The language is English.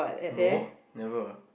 no never